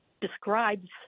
describes